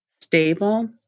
stable